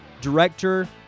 director